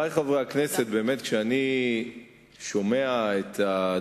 תודה רבה.